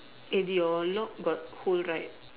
eh your lock got hole right